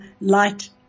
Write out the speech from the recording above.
light